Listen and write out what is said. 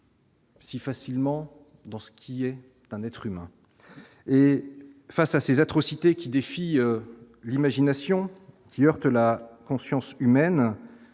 Si facilement dans ce qui est un être humain et face à ces atrocités qui défie l'imagination qui heurte la conscience humaine,